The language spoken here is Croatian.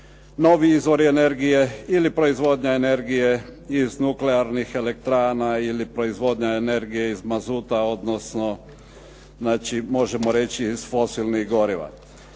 novi izvori energije ili proizvodnja energije iz nuklearnih elektrana ili proizvodnja energije iz mazuta odnosno znači možemo reći iz fosilnih goriva.